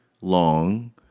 long